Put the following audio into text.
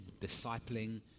discipling